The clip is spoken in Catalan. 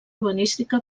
urbanística